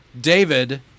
David